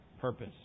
purpose